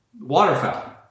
waterfowl